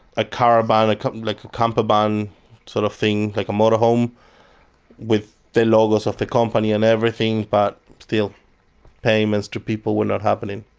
ah but like um like campervan sort of thing like a motorhome with the logos of the company and everything, but still payments to people were not happening.